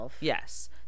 Yes